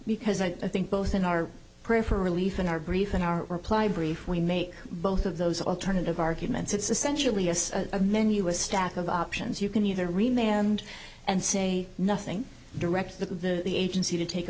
because i think both in our prayer for relief in our brief in our reply brief we make both of those alternative arguments it's essentially a menu a stack of options you can either remain and and say nothing directly to the agency to take